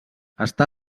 està